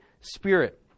spirit